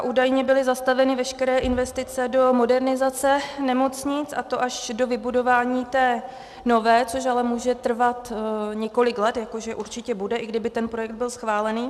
Údajně byly zastaveny veškeré investice do modernizace nemocnic, a to až do vybudování té nové, což ale může trvat několik let, jako že určitě bude, i kdyby ten projekt byl schválen.